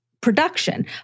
production